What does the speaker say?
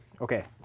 Okay